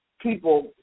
people